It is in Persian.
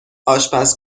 آشپز